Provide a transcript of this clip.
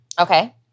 Okay